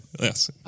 yes